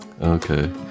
Okay